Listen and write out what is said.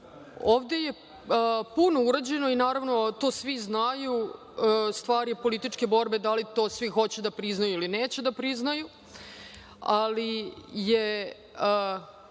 je puno urađeno i naravno to svi znaju. Stvar je političke borbe da li to svi hoće da priznaju ili neće, ali je